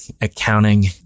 accounting